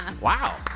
Wow